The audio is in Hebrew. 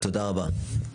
תודה רבה.